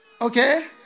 Okay